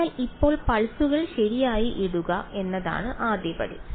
അതിനാൽ ഇപ്പോൾ പൾസുകൾ ശരിയായി ഇടുക എന്നതാണ് ആദ്യപടി